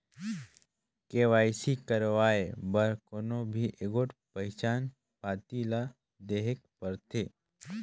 KYC करवाए बर कोनो भी एगोट पहिचान पाती ल देहेक परथे